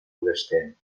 foraster